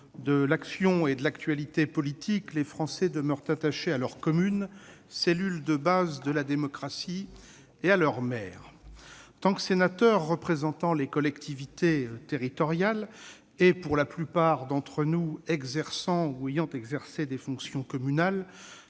de l'action et de l'actualité politiques, les Français demeurent attachés à leurs communes, « cellules de base » de la démocratie, et à leurs maires. En tant que sénateurs représentant les collectivités territoriales et pour la plupart d'entre nous, exerçant ou ayant exercé des fonctions communales,